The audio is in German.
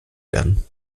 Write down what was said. werden